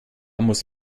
muss